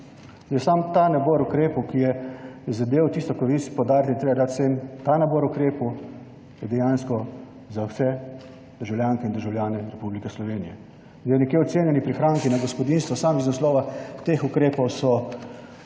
Sam ta nabor ukrepov, ki je zadel tisto, kar vi poudariti, da je treba dati vsem, ta nabor ukrepov je dejansko za vse državljanke in državljane Republike Slovenije. Zdaj nekje ocenjeni prihranki na gospodinjstvu samo iz naslova teh ukrepov so